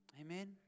Amen